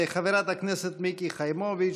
חברת הכנסת מיקי חיימוביץ',